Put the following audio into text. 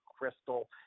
crystal